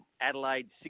Adelaide